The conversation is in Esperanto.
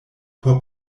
por